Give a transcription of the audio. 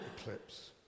eclipse